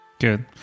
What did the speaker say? Good